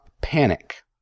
panic